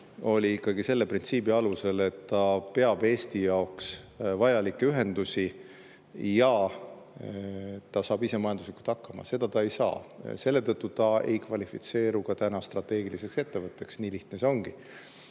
ikkagi selle printsiibi alusel, et ta peab Eesti jaoks vajalikke ühendusi ja saab ise majanduslikult hakkama. Seda ta ei saa. Selle tõttu ta ei kvalifitseeru ka täna strateegiliseks ettevõtteks. Nii lihtne see ongi.